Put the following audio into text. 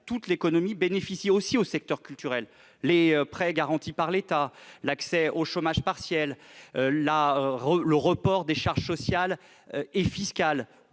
toute l'économie bénéficient aussi au secteur culturel : les prêts garantis par l'État, l'accès au chômage partiel, le report des charges sociales et fiscales,